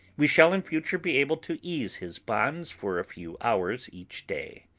we shall in future be able to ease his bonds for a few hours each day.